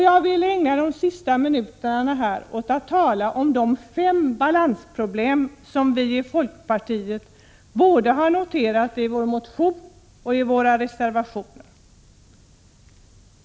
Jag vill ägna de sista minuterna här åt att tala om de fem balansproblem som vi i folkpartiet har noterat både i vår motion och i våra reservationer.